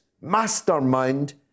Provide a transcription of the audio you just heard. mastermind